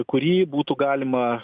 kurį būtų galima